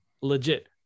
legit